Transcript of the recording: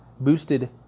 boosted